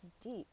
deep